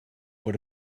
voor